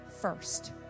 first